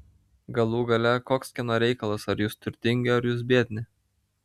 galų gale koks kieno reikalas ar jūs turtingi ar jūs biedni